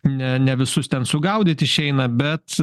ne ne visus ten sugaudyt išeina bet